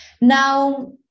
Now